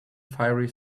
fiery